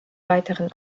weiteren